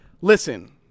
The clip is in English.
Listen